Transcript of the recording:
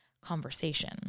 conversation